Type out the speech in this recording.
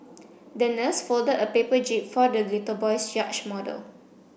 the nurse folded a paper jib for the little boy's yacht model